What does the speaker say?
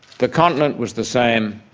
the continent was the same,